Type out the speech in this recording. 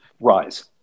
rise